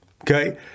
Okay